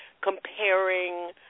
comparing